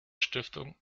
stiftung